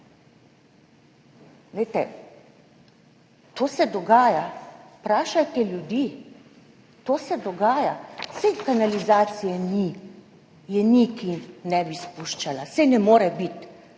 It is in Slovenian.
To se dogaja, vprašajte ljudi, to se dogaja. Saj kanalizacije ni, je ni, ki ne bi spuščala, saj ne more biti.